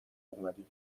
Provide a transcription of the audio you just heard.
اومدی